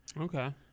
Okay